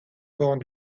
ports